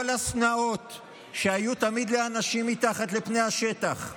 כל השנאות שהיו תמיד לאנשים מתחת לפני השטח,